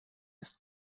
ist